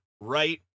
right